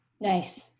Nice